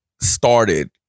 Started